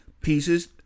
pieces